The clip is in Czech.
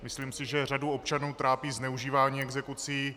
Myslím si, že řadu občanů trápí zneužívání exekucí.